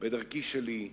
"בדרכי שלי",